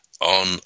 on